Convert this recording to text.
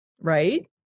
right